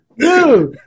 dude